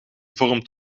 vormt